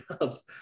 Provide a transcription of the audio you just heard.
jobs